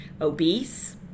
obese